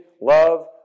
love